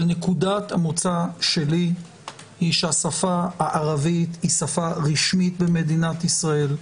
אבל נקודת המוצא שלי היא שהשפה הערבית היא שפה רשמית במדינת ישראל,